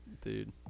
Dude